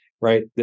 right